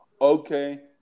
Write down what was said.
Okay